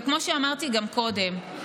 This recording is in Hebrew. וכמו שאמרתי גם קודם,